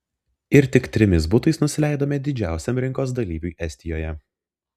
ir tik trimis butais nusileidome didžiausiam rinkos dalyviui estijoje